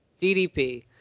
DDP